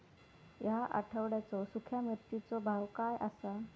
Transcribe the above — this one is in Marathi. या आठवड्याचो सुख्या मिर्चीचो भाव काय आसा?